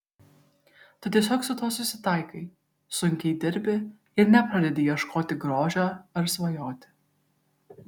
tu tiesiog su tuo susitaikai sunkiai dirbi ir nepradedi ieškoti grožio ar svajoti